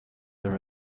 are